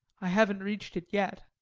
i haven't reached it yet,